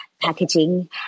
packaging